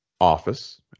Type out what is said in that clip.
office